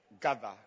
gather